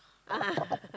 ah